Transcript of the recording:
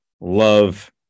love